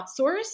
outsource